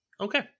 okay